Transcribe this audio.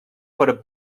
per